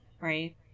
right